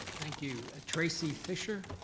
thank you, ah tracy fisher?